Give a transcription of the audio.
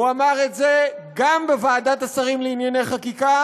הוא אמר את זה גם בוועדת השרים לענייני חקיקה,